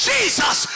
Jesus